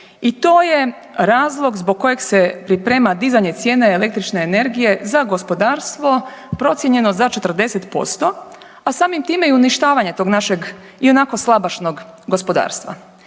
i to je razlog zbog kojeg se priprema dizanje cijene električne energije za gospodarstvo, procijenjeno za 40%, a samim time i uništavanje tog našeg ionako slabašnog gospodarstva.